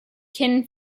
qin